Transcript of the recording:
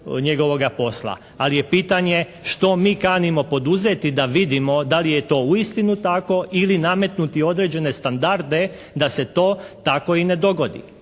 njegovoga posla. Ali je pitanje što mi kanimo poduzeti da vidimo da li je to uistinu tako ili nametnuti određene standarde da se to tako i ne dogodi.